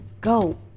Go